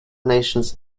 nations